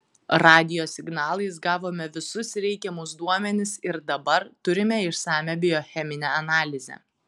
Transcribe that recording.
radijo signalais gavome visus reikiamus duomenis ir dabar turime išsamią biocheminę analizę